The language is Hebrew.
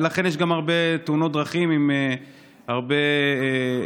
ולכן יש גם הרבה תאונות דרכים עם הרבה הרוגים,